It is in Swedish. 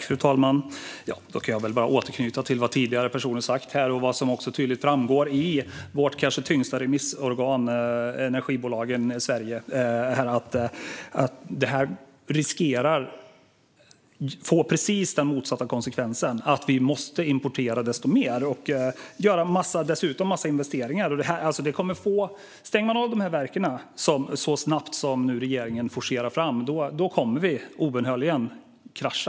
Fru talman! Jag kan återknyta till vad personer sagt här tidigare och vad som också tydligt framgår hos våra kanske tyngsta remissorgan, nämligen energibolagen i Sverige. Vi riskerar att få den precis motsatta konsekvensen att vi måste importera desto mer och dessutom göra en massa investeringar. Om man stänger ned dessa verk så snabbt som regeringen nu vill forcera fram kommer vi obönhörligen att krascha.